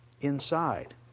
inside